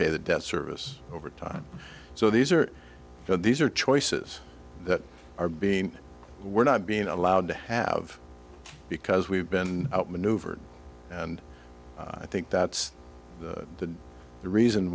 pay the debt service over time so these are these are choices that are being were not being allowed to have because we've been outmaneuvered and i think that's the reason